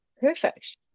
Perfect